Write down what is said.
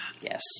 Yes